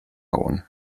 aún